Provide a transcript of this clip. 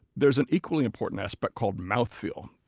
there's an equally important aspect called mouthfeel.